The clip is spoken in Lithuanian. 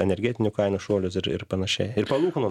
energetinių kainų šuolius ir ir panašiai ir palūkanų